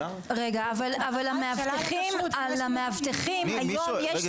רגע, אבל למאבטחים היום יש